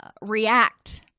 react